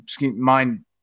mind